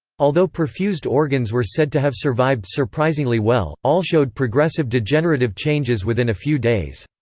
although perfused organs were said to have survived surprisingly well, all showed progressive degenerative changes within a few days.